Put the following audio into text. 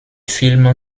film